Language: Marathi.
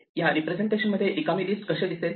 या रिप्रेझेंटेशन मध्ये रिकामी लिस्ट कशी दिसेल